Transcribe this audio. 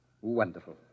Wonderful